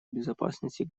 безопасности